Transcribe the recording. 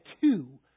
two